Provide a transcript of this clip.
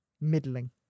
middling